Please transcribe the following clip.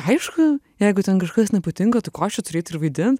aišku jeigu ten kažkas nepatinka tai ko aš čia turiu eit ir vaidint